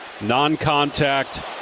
non-contact